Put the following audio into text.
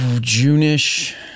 June-ish